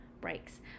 breaks